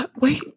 Wait